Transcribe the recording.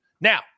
Now